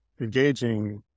engaging